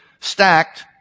stacked